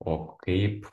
o kaip